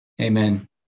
Amen